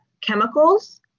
chemicals